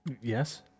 Yes